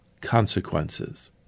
consequences